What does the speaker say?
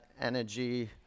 energy